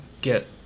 get